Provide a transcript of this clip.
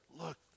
look